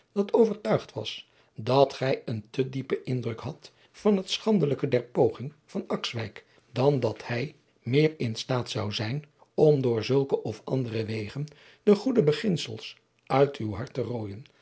dat overtuigd was dat gij een te diepen indruk hadt van het schandelijke der poging van akswijk dan dat hij meer in staat zou zijn om door zulke of andere wegen de goede beginsels uit uw hart te rooijen